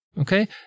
Okay